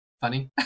funny